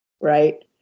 Right